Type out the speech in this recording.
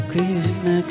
Krishna